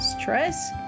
stress